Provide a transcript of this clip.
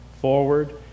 forward